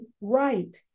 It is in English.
right